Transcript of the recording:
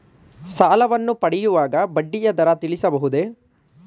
ಸಾಲವನ್ನು ಪಡೆಯುವಾಗ ಬಡ್ಡಿಯ ದರ ತಿಳಿಸಬಹುದೇ?